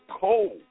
cold